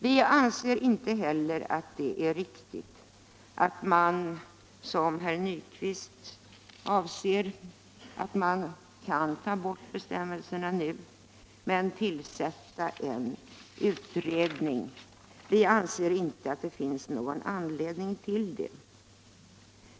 Vi anser inte heller att det är riktigt att man, som herr Nyquist anser, kan ta bort bestämmelserna nu och i samband därmed tillsätta en utredning. Vi anser inte att det finns någon anledning till det.